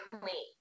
clean